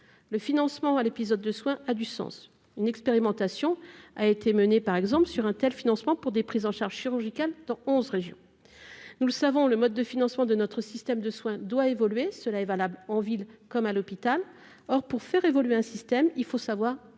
Le financement à l'épisode de soins a du sens ; une expérimentation a été menée par exemple sur un tel financement pour des prises en charge chirurgicales dans onze régions. Nous le savons, le mode de financement de notre système de soins doit évoluer ; cela est valable en ville comme à l'hôpital. Or, pour faire évoluer un système, il faut savoir expérimenter